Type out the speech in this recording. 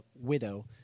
widow